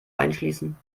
einschließen